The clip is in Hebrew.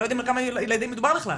כי הם לא יודעים על כמה מדובר בכלל,